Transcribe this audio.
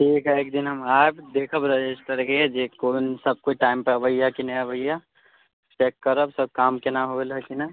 ठीक हइ एक दिन हम आएब देखब रजिस्टरके जे कोन सब कोइ टाइमपर अबैए कि नहि अबैए चेक करब सबकाम कोना हो रहल हइ कि नहि